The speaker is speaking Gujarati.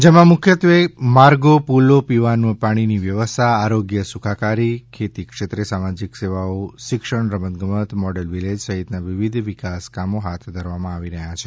જેમાં મુખ્યત્વે માર્ગો પુલો પીવાન પાણીની વ્યવસ્થા આરોગ્ય સુખાકારી ખેતી ક્ષેત્રે સામાજીક સેવાઓ શિક્ષણ રમતગમત મોડલ વિલેજ સહિતના વિવધ વિકાસકામો હાથ ધરવામાં આવી રહ્યા છે